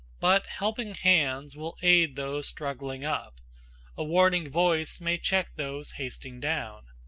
but helping hands will aid those struggling up a warning voice may check those hasting down.